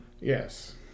Yes